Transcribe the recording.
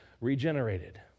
regenerated